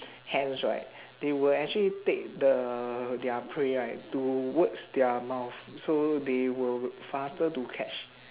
hands right they will actually take the their prey right towards their mouth so they will faster to catch